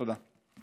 תודה.